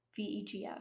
VEGF